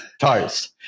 toast